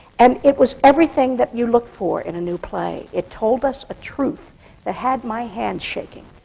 and it was everything that you look for in a new play. it told us a truth that had my hands shaking.